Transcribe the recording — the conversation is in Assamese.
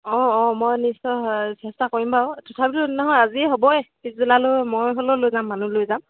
অঁ অঁ মই নিশ্চয় চেষ্টা কৰিম বাৰু তথাপিতো নহয় আজি হ'বই পিছবেলালৈ মই হ'লেও লৈ যাম মানুহ লৈ যাম